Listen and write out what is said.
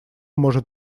может